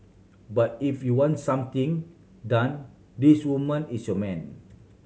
but if you want something done this woman is your man